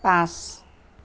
পাঁচ